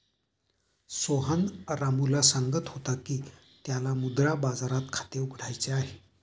सोहन रामूला सांगत होता की त्याला मुद्रा बाजारात खाते उघडायचे आहे